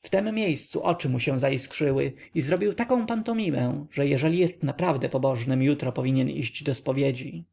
w tem miejscu oczy mu się zaiskrzyły i zrobił taką pantominę że jeżeli jest naprawdę pobożnym jutro powinien iść do spowiedzi